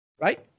right